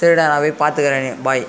சரிடா நான் போய் பார்த்துக்கறேன் பை